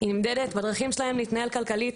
היא נמדדת בדרכים שלהם להתנהל כלכלית,